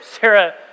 Sarah